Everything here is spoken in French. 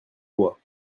bois